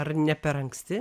ar ne per anksti